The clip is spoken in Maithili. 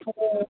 ओ